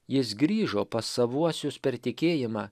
jis grįžo pas savuosius per tikėjimą